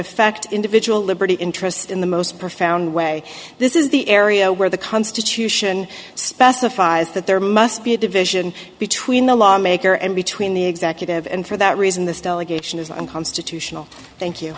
affect individual liberty interests in the most profound way this is the area where the constitution specifies that there must be a division between the law maker and between the executive and for that reason the stella gaijin is unconstitutional thank you